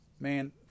man